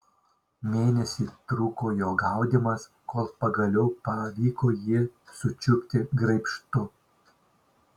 mėnesį truko jo gaudymas kol pagaliau pavyko jį sučiupti graibštu